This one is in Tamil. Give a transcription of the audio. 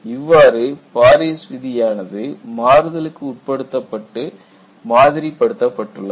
இவ்வாறு பாரிஸ் விதியானது மாறுதலுக்கு உட்படுத்தப்பட்டு மாதிரி படுத்தப்பட்டுள்ளது